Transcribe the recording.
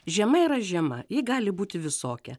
žiema yra žiema ji gali būti visokia